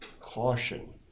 caution